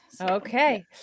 Okay